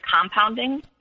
compounding